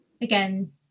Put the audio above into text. again